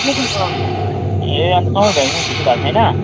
ए अन्त समर भेकेसनको छुट्टी भएको छैन